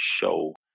show